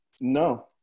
No